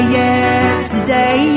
yesterday